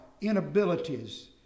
inabilities